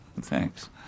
thanks